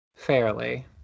Fairly